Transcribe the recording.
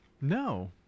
No